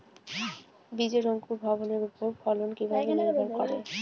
বীজের অঙ্কুর ভবনের ওপর ফলন কিভাবে নির্ভর করে?